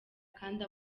kandi